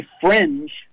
fringe